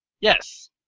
Yes